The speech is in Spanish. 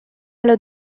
los